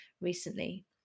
recently